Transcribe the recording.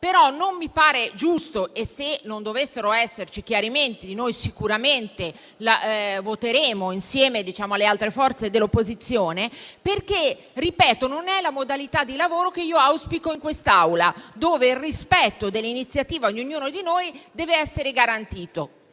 però la modalità e, se non dovessero esserci chiarimenti, noi sicuramente voteremo insieme alle altre forze dell'opposizione. Non è infatti la modalità di lavoro che io auspico in quest'Aula, nella quale il rispetto dell'iniziativa di ognuno di noi deve essere garantito.